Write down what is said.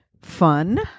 fun